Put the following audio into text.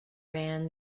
ran